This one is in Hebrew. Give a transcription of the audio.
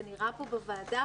זה נראה פה בוועדה,